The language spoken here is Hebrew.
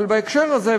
אבל בהקשר הזה,